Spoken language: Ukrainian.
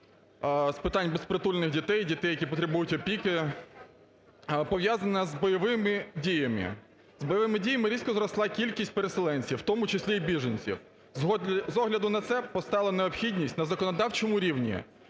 з питань безпритульних дітей, дітей, які потребують опіки, пов'язана з бойовими діями. З бойовими діями різко зросла кількість переселенців, в тому числі і біженців. З огляду на це, постала необхідність на законодавчому рівні